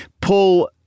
pull